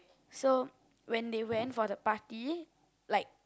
so when they went for the party like